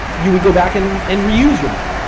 you would go back and and reuse your model,